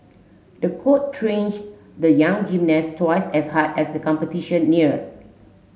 the coach trained the young gymnast twice as hard as the competition neared